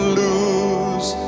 lose